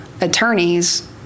attorneys